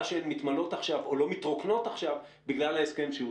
שעכשיו הן מתמלאות או לא מתרוקנות עכשיו בגלל הסכם שהושג.